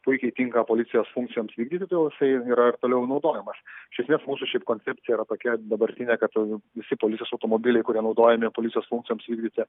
puikiai tinka policijos funkcijoms vykdyti tai jau jisai yra ir toliau naudojamas iš esmės mūsų šiaip koncepcija yra tokia dabartinė kad visi policijos automobiliai kurie naudojami policijos funkcijoms vykdyti